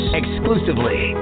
exclusively